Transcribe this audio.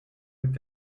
mit